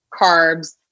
carbs